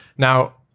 Now